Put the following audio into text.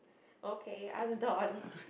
okay I'm done